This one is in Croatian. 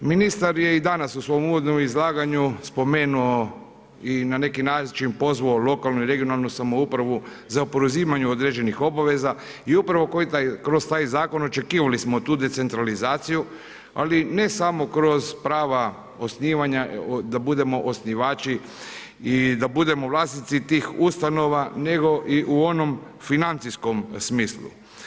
Ministar je i danas u svom uvodnom izlaganju spomenuo i na neki način pozvao lokalnu i regionalnu samoupravu za preuzimanje određenih obaveza i upravo kroz taj zakon očekivali smo tu decentralizaciju, ali ne samo kroz prava osnivanja da budemo osnivači i da budemo vlasnici tih ustanova, nego i u onom financijskom smislu.